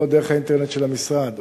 או דרך האינטרנט של המשרד,